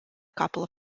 couple